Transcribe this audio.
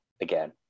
again